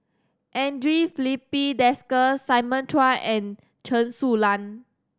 Andre Filipe Desker Simon Chua and Chen Su Lan